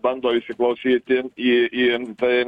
bando įsiklausyti į į tai